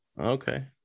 Okay